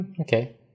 Okay